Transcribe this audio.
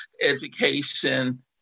education